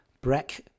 Breck